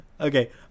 okay